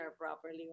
properly